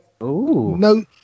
no